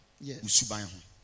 Yes